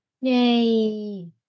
yay